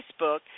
Facebook